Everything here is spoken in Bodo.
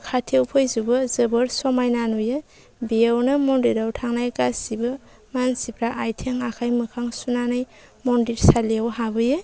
खाथिआव फैजोबो जोबोर समायना नुयो बेयावनो मन्दिराव थांनाय गासिबो मानसिफ्रा आथिं आखाय मोखां सुनानै मन्दिरसालियाव हाबैयो